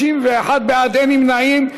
31 בעד, אין נמנעים.